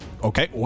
Okay